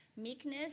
Meekness